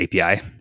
API